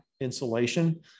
insulation